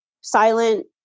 silent